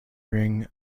ring